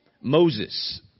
Moses